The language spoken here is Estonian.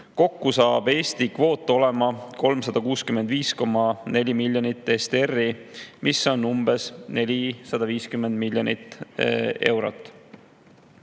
Kokku saab Eesti kvoot olema 365,4 miljonit SDR‑i, mis on umbes 450 miljonit eurot. Miks